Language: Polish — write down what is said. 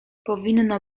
powinno